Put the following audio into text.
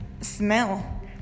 smell